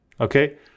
okay